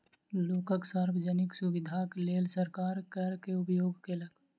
लोकक सार्वजनिक सुविधाक लेल सरकार कर के उपयोग केलक